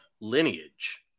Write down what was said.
lineage